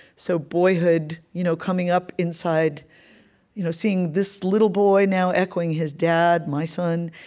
so boyhood you know coming up inside you know seeing this little boy now echoing his dad, my son,